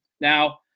Now